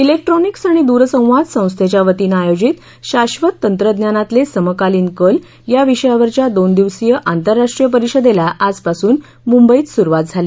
ा सेक्ट्रॉनिक्स आणि दूरसवाद संस्थेच्या वतीन आयोजित शाधित तत्रज्ञानातले समकालीन कल या विषयावरच्या दोन दिवसीय आंतरराष्ट्रीय परिषदेला आजपासून मुंबईत सुरुवात झाली